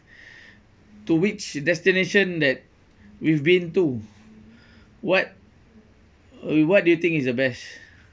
to which destination that we've been to what what do you think is the best